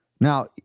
Now